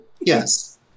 Yes